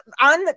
on